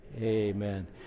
amen